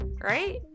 right